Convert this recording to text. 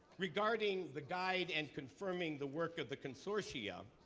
regarding the guide and confirming the work of the consortia,